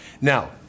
Now